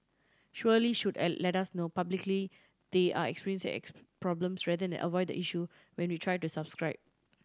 surely should let us know publicly they're experience problems rather than avoid the issue when we try to subscribe